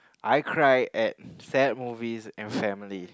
I cry at sad movies and family